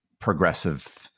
progressive